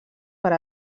per